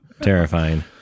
terrifying